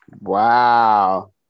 Wow